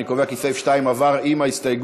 אני קובע כי סעיף 2 עבר, עם ההסתייגות